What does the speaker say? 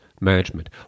management